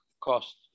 cost